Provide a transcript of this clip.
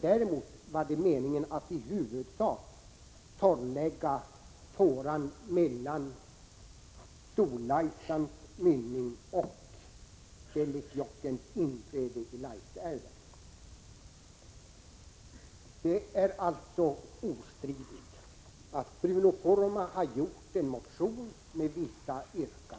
Däremot var det meningen att fåran mellan Storlaisans mynning och Dellikjokkens inflöde i Laisälven i huvudsak skulle torrläggas. Det är alltså ostridigt att Bruno Poromaa har väckt en motion med vissa yrkanden.